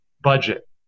budget